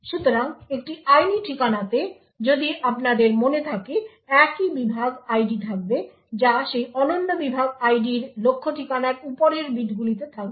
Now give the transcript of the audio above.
সুতরাং একটি আইনি ঠিকানাতে যদি আপনাদের মনে থাকে একই বিভাগ আইডি থাকবে যা সেই অনন্য বিভাগ আইডির লক্ষ্য ঠিকানার উপরের বিটগুলিতে থাকবে